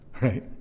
Right